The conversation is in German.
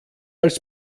als